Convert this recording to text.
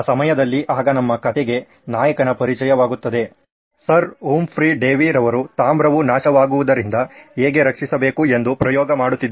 ಆ ಸಮಯದಲ್ಲಿ ಆಗ ನಮ್ಮ ಕಥೆಗೆ ನಾಯಕನ ಪರಿಚಯವಾಗುತ್ತದೆ ಸರ್ ಹುಂಫ್ರಿ ಡೇವಿ ಅವರು ತಾಮ್ರವು ನಾಶವಾಗುವುದರಿಂದ ಹೇಗೆ ರಕ್ಷಿಸಬೇಕು ಎಂದು ಪ್ರಯೋಗ ಮಾಡುತ್ತಿದ್ದರು